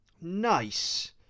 Nice